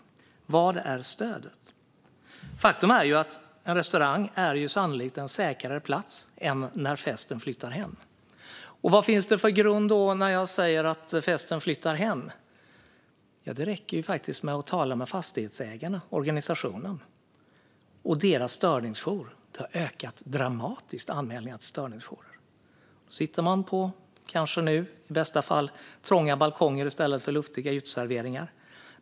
Vad stöder man sig på? Faktum är att en restaurang sannolikt är en säkrare plats att festa på än hemma. Vad grundar jag detta på? Ja, det räcker faktiskt med att tala med organisationen Fastighetsägarna. Anmälningarna till deras störningsjour har ökat dramatiskt. Nu sitter man i bästa fall på trånga balkonger i stället för på luftiga uteserveringar.